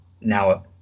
now